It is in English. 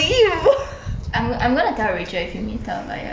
I'm I'm gonna tell rachel if we meet up but ya